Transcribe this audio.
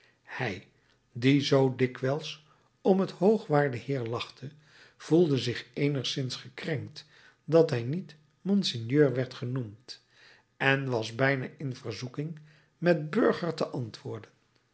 worden hij die zoo dikwijls om het hoogwaarde heer lachte voelde zich eenigszins gekrenkt dat hij niet monseigneur werd genoemd en was bijna in verzoeking met burger te antwoorden